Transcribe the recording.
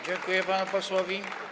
Dziękuję panu posłowi.